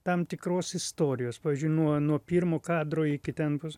tam tikros istorijos pavyzdžiui nuo nuo pirmo kadro iki ten tos